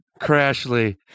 Crashly